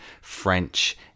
French